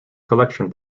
collection